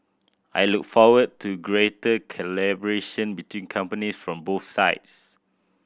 I look forward to greater collaboration between companies from both sides